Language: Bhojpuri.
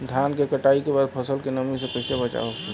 धान के कटाई के बाद फसल के नमी से कइसे बचाव होखि?